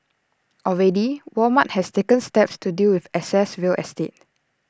already Walmart has taken steps to deal with excess real estate